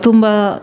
ತುಂಬ